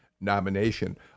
nomination